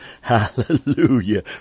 Hallelujah